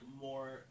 more